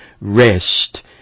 rest